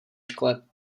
škole